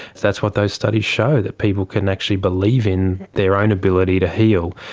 that's what those studies show, that people can actually believe in their own ability to heal,